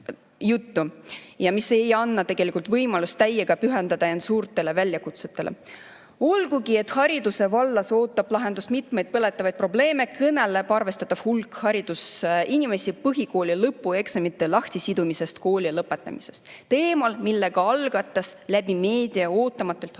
ja mis ei anna tegelikult võimalust täiega pühendada end suurtele väljakutsetele. Olgugi et hariduse vallas ootab lahendust mitmeid põletavaid probleeme, kõneleb arvestatav hulk haridusinimesi põhikooli lõpueksamite lahtisidumisest kooli lõpetamisest – teemal, mille algatas läbi meedia ootamatult haridus‑